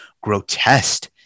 grotesque